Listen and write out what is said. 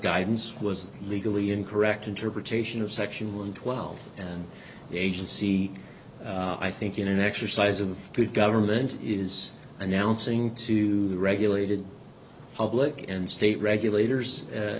guidance was legally incorrect interpretation of section one twelve and the agency i think in an exercise of good government is announcing to the regulated public and state regulators